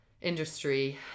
industry